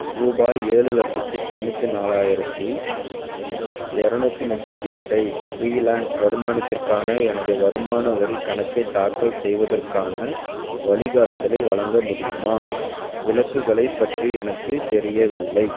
ரூபாய் ஏழு லட்சத்தி தொண்ணூற்று நாலாயிரத்தி இரநூத்தி முப்பத்தி எட்டை ஃப்ரீலான்ஸ் வருமானத்திற்கான எனது வருமான வரிக் கணக்கை தாக்கல் செய்வதற்கான வழிகாட்டுதலை வழங்க முடியுமா விலக்குகளைப் பற்றி எனக்குத் தெரியவில்லை